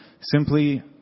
simply